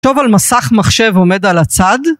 טוב על מסך מחשב עומד על הצד